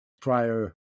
prior